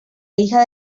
hija